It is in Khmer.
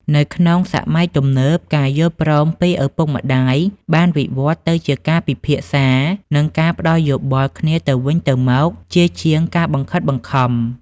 នៅក្នុងសម័យទំនើប ការយល់ព្រមពីឪពុកម្ដាយបានវិវត្តទៅជាការពិភាក្សា និងការផ្ដល់យោបល់គ្នាទៅវិញទៅមកជាជាងការបង្ខិតបង្ខំ។